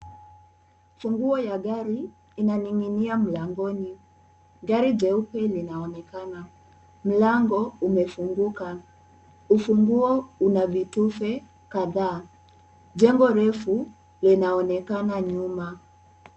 Funguo ya gari inaning'inia mlangoni. Gari jeupe linaonekana. Mlango umefunguka. Ufunguo una vitufe kadhaa. Jengo refu linaonekana nyuma.